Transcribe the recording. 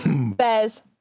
Bears